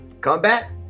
combat